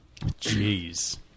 Jeez